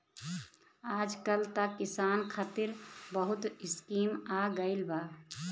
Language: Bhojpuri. आजकल त किसान खतिर बहुत स्कीम आ गइल बा